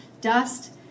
dust